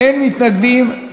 אין מתנגדים,